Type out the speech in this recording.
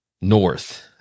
North